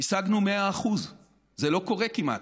השגנו 100%. זה לא קורה כמעט.